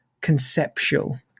conceptual